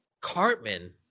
Cartman